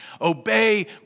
obey